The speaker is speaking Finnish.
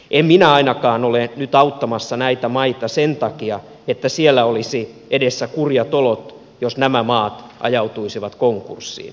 en minä ainakaan ole nyt auttamassa näitä maita sen takia että siellä olisi edessä kurjat olot jos nämä maat ajautuisivat konkurssiin